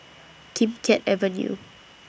Kim Keat Avenue